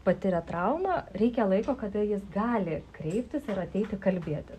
patiria traumą reikia laiko kada jis gali kreiptis ir ateiti kalbėti